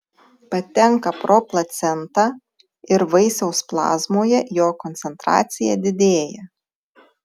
patenka pro placentą ir vaisiaus plazmoje jo koncentracija didėja